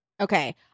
Okay